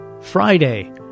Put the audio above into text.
Friday